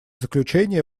заключение